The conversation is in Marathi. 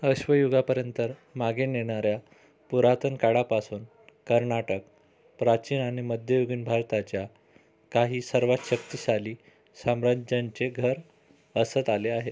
अश्मयुगापर्यंत मागे नेणाऱ्या पुरातन काळापासून कर्नाटक प्राचीन आणि मध्ययुगीन भारताच्या काही सर्वात शक्तिशाली साम्राज्यांचे घर असत आले आहे